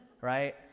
right